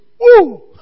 Woo